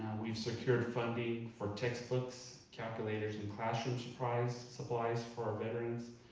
we've secured funding for textbooks, calculators and classroom supplies supplies for our veterans,